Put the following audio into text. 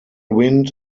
wind